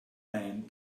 man